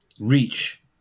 reach